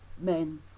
men